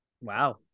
Wow